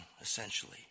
essentially